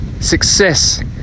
Success